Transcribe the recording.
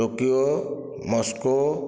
Tokyo Moscow